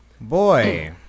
Boy